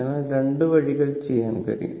അതിനാൽ 2 വഴികൾ ചെയ്യാൻ കഴിയും